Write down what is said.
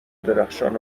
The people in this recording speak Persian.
درخشان